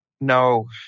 No